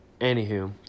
anywho